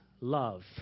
love